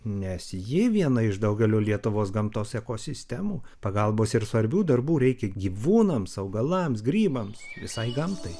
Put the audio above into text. nes ji viena iš daugelio lietuvos gamtos ekosistemų pagalbos ir svarbių darbų reikia gyvūnams augalams grybams visai gamtai